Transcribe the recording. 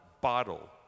bottle